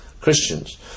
Christians